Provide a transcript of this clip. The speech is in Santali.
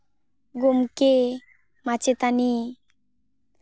ᱜᱚᱢᱠᱮ ᱢᱟᱪᱮᱛᱟᱹᱱᱤ